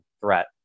threat